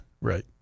right